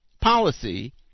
policy